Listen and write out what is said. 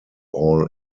all